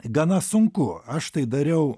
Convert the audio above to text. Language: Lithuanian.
gana sunku aš tai dariau